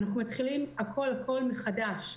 אנחנו מתחילים הכול הכול מחדש.